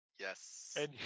Yes